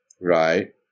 right